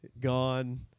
gone